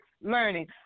learning